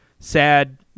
sad